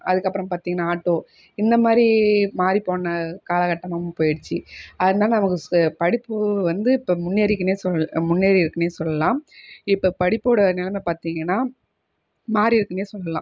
அதுக்கு அப்பறம் பார்த்திங்கன்னா ஆட்டோ இந்தமாதிரி மாறி போன காலகட்டமாக போயிடுச்சு அதனால் நமக்கு சு படிப்பு வந்து இப்போ முன்னேறிகுன்னே சொல் முன்னேறி இருக்குன்னே சொல்லலாம் இப்போ படிப்போடய நெலமை பார்த்திங்கன்னா மாறி இருக்குன்னே சொல்லலாம்